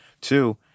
Two